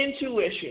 intuition